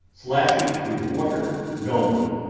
slashing through the water nobly.